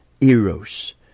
Eros